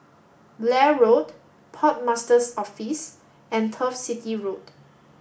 Blair Road Port Master's Office and Turf City Road